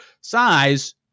size